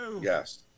Yes